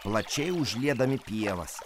plačiai užliedami pievas